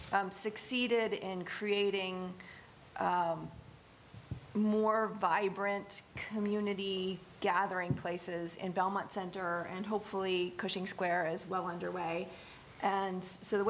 succeeded in creating more vibrant community gathering places in belmont center and hopefully pushing square as well underway and so the